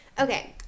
Okay